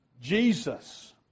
Jesus